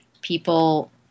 people